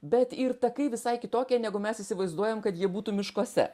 bet ir takai visai kitokie negu mes įsivaizduojam kad jie būtų miškuose